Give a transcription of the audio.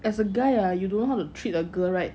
as a guy ah you don't know how to treat a girl right